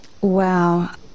Wow